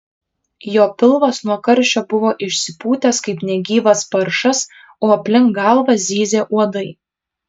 jo pilvas nuo karščio buvo išsipūtęs kaip negyvas paršas o aplink galvą zyzė uodai